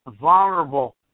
vulnerable